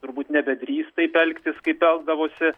turbūt nebedrįs taip elgtis kaip elgdavosi